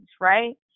right